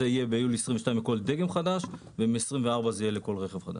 זה יהיה ביולי 2022 לכל דגם חדש ומשנת 2044 לכל רכב חדש.